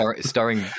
Starring